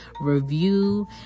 review